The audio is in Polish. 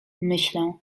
myślę